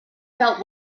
felt